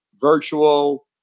virtual